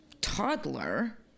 toddler